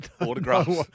autographs